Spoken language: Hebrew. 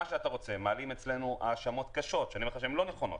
מעלים אצלנו האשמות קשות שאני אומר לך שהן לא נכונות.